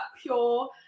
pure